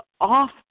off